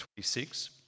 26